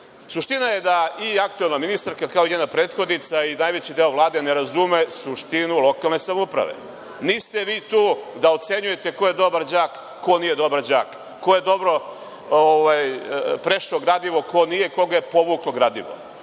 uradi. Suština je da i aktuelna ministarka, kao i njena prethodnica i najveći deo Vlade ne razume suštinu lokalne samouprave. Niste vi tu da ocenjujete ko je dobar đak, ko nije dobar đak, ko je dobro prešao gradivo, ko nije, koga je povuklo gradivo. Lokalna